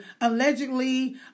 allegedly